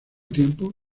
tiempo